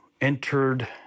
entered